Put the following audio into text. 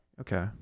Okay